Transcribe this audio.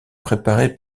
préparé